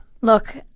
Look